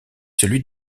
celui